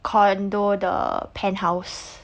condo 的 penthouse